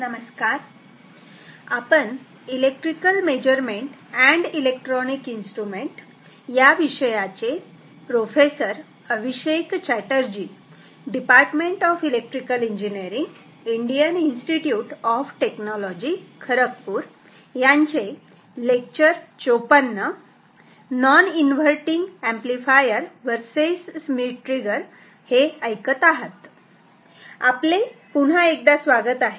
non inverting amplifier versus Schmitt trigger आपले पुन्हा एकदा स्वागत आहे